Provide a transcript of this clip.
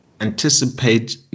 anticipate